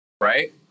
right